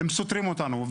הם סותרים אותנו.